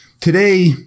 today